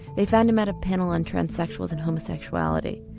they found him at a panel on transsexuals and homosexuality.